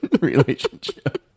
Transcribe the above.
relationship